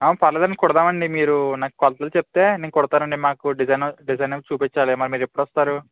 పర్లేదండి కుడుదామండీ మీరు నాకు కొలతలు చెప్తే నేను కుడుతానండి మాకు డిజైన్ డిజైనింగ్ చూపించాలి మరి మీరు ఎప్పుడు వస్తారు